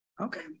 Okay